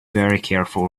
careful